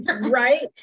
Right